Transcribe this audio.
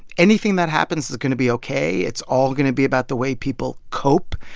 anything that happens is going to be ok. it's all going to be about the way people cope,